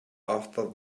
after